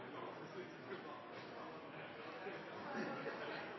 laveste